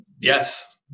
Yes